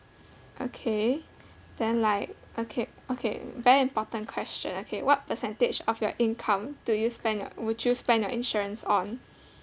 okay then like okay okay very important question okay what percentage of your income do you spend your would you spend your insurance on